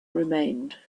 remained